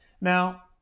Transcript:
now